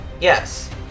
Yes